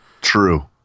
True